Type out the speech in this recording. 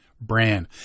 brand